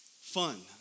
fun